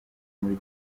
muri